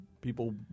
people